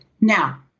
Now